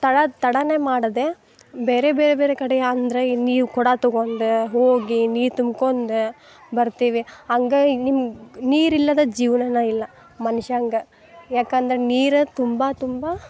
ತಳ ತಡನೆ ಮಾಡದೆ ಬೇರೆ ಬೇರೆ ಬೇರೆ ಕಡೆ ಅಂದರೆ ಈ ನೀರು ಕೊಡ ತಗೊಂಡ್ ಹೋಗಿ ನೀರು ತುಂಬ್ಕೊಂಡ್ ಬರ್ತೀವಿ ಹಂಗೆ ನಿಮ್ಗೆ ನೀರಿಲ್ಲದ ಜೀವನನೇ ಇಲ್ಲ ಮನುಷ್ಯಂಗೆ ಯಾಕಂದ್ರೆ ನೀರು ತುಂಬ ತುಂಬ